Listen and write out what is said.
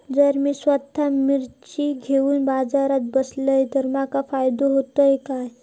जर मी स्वतः मिर्ची घेवून बाजारात बसलय तर माका फायदो होयत काय?